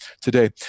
Today